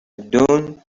dune